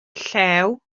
llew